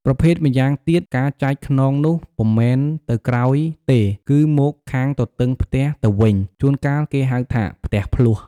ប្រភេទម៉្យាងទៀត ការចែកខ្នងនោះពុំមែនទៅក្រោយទេ គឺមកខាងទទឹងផ្ទះទៅវិញ ជួន កាលគេហៅថា “ផ្ទះភ្លោះ”។